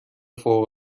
فوق